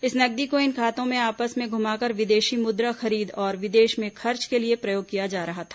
इस नगदी को इन खातों में आपस में घूमाकर विदेशी मुद्रा खरीद और विदेश में खर्च के लिए प्रयोग किया जा रहा था